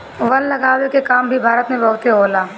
वन लगावे के काम भी भारत में बहुते होला